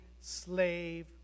slave